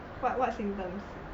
what what symptoms